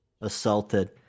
assaulted